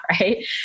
right